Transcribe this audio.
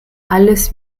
alles